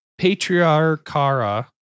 Patriarchara